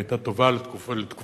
היא היתה טובה לתקופתה.